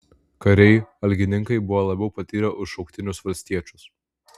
kariai algininkai buvo labiau patyrę už šauktinius valstiečius